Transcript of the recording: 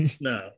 No